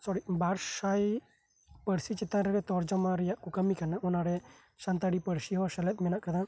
ᱥᱚᱨᱤ ᱵᱟᱨ ᱥᱟ ᱯᱟᱨᱥᱤ ᱪᱮᱛᱟᱱ ᱨᱮ ᱛᱚᱨᱡᱚᱢᱟ ᱨᱮᱭᱟᱜ ᱠᱚ ᱠᱟᱹᱸᱤ ᱠᱟᱱᱟ ᱚᱱᱟ ᱨᱮ ᱥᱟᱱᱛᱟᱲᱤ ᱯᱟᱹᱨᱥᱤ ᱦᱚᱸ ᱥᱮᱞᱮᱫ ᱢᱮᱱᱟᱜ ᱠᱟᱫᱟ